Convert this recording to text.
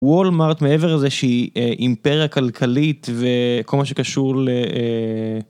אדם הולך ביער ונאבד..